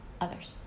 Others